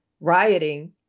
rioting